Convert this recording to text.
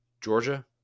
Georgia